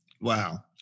Wow